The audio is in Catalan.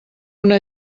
una